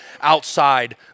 outside